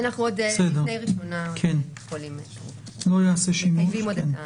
אנחנו עוד לפני ראשונה מטייבים עוד את הנוסח.